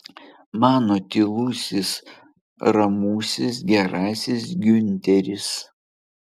mano tylusis ramusis gerasis giunteris